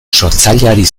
sortzaileari